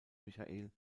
michael